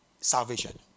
salvation